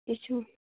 اِ چھِ